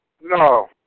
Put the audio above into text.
No